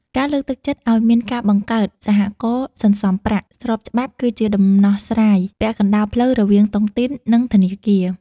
ការលើកទឹកចិត្តឱ្យមានការបង្កើត "សហករណ៍សន្សំប្រាក់" ស្របច្បាប់ គឺជាដំណោះស្រាយពាក់កណ្ដាលផ្លូវរវាងតុងទីន និងធនាគារ។